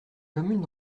commune